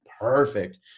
perfect